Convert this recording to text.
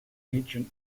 ancient